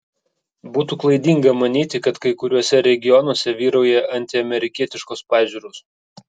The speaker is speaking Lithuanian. būtų klaidinga manyti kad kai kuriuose regionuose vyrauja antiamerikietiškos pažiūros